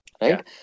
right